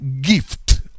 gift